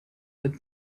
that